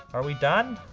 are we done?